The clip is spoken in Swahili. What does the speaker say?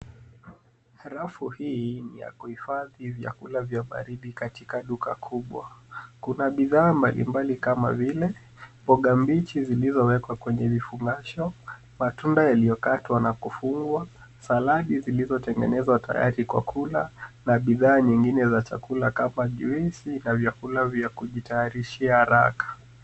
Rafu hii ya kuhifadhi vyakula vya baridi katika duka kubwa kuna bidhaa mbalimbali kama vile mboga mbichi zilizowekwa kwenye mifuko, matunda yaliokatwa na kufungwa, saladi zilizotengenezwa tayari kwa kula na bidhaa nyingine za chakula kama juisi na vyakula vya kujitayarishia haraka.